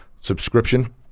subscription